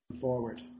forward